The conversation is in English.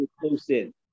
close-in